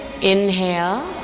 inhale